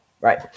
Right